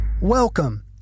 Welcome